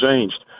changed